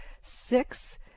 six